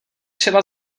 třeba